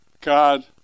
God